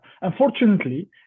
unfortunately